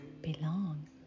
Belong